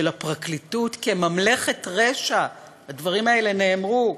של הפרקליטות כממלכת רשע, הדברים האלה נאמרו,